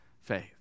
faith